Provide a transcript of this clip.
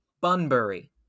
Bunbury